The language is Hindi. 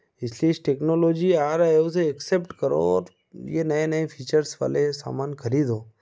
इसलिए इस टेक्नोलॉजी आ रहा है उसे एक्सेप्ट करो और ये नए नए फीचर्स वाले सामान खरीदो